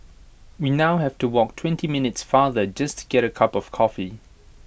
we now have to walk twenty minutes farther just to get A cup of coffee